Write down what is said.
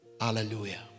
Hallelujah